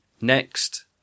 next